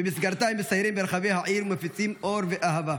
ובמסגרתה הם מסיירים ברחבי העיר ומפיצים אור ואהבה,